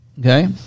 Okay